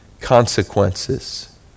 consequences